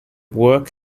work